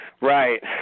right